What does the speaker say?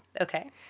Okay